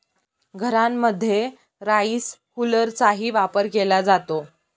घरांमध्ये राईस हुलरचाही वापर केला जातो